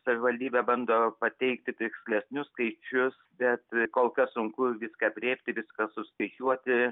savivaldybė bando pateikti tikslesnius skaičius bet kol kas sunku viską aprėpti viską suskaičiuoti